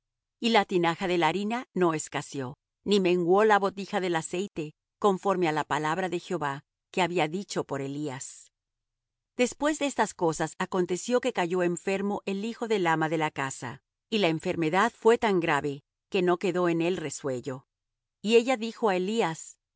y la tinaja de la harina no escaseó ni menguó la botija del aceite conforme á la palabra de jehová que había dicho por elías después de estas cosas aconteció que cayó enfermo el hijo del ama de la casa y la enfermedad fué tan grave que no quedó en él resuello y ella dijo á elías